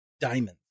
Diamonds